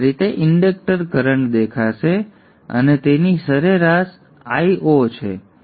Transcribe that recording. તેથી આ રીતે ઇન્ડક્ટર કરન્ટ દેખાશે અને તેની સરેરાશ Io છે